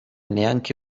neanche